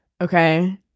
Okay